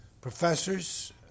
professors